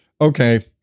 okay